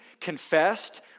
confessed